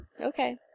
Okay